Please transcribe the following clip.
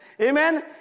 Amen